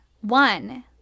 one